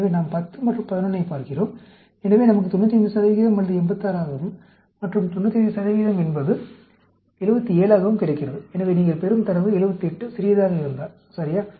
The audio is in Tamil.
எனவே நாம் 10 மற்றும் 11 ஐப் பார்க்கிறோம் எனவே நமக்கு 95 என்பது 86 ஆகவும் மற்றும் 99 என்பது 77 ஆகவும் கிடைக்கிறது எனவே நீங்கள் பெறும் தரவு 78 சிறியதாக இருந்தால் சரியா